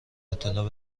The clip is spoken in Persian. اطلاع